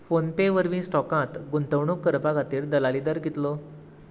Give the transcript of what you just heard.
phone pay वरवीं स्टॉकांत गुंतवणूक करपा खातीर दलाली दर कितलो